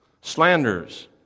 Slanders